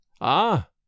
Ah